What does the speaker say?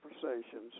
conversations